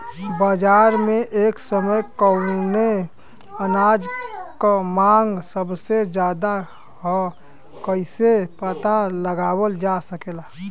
बाजार में एक समय कवने अनाज क मांग सबसे ज्यादा ह कइसे पता लगावल जा सकेला?